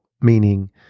meaning